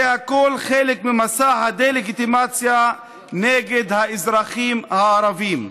זה הכול חלק ממסע הדה-לגיטימציה נגד האזרחים הערבים,